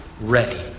ready